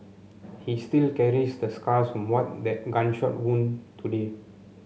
he still carries the scars from what that gunshot wound today